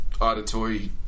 auditory